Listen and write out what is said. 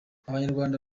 abanyarwanda